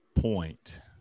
point